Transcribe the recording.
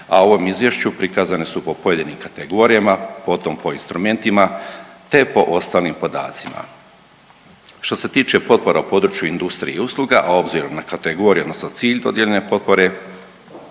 a u ovom izvješću prikazane su po pojedinim kategorijama, potom po instrumentima te po ostalim podacima. Što se tiče potpora u području industrije i usluga, a obzirom kategorije odnosno cilj dodijeljene potpore